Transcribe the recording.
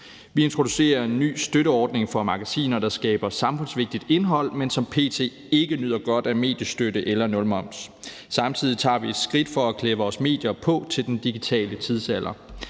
Vi introducerer en ny støtteordning for magasiner, der skaber samfundsvigtigt indhold, men som p.t. ikke nyder godt af mediestøtte eller nulmoms. Samtidig tager vi et skridt for at klæde vores medier på til den digitale tidsalder.